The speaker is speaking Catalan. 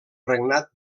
regnat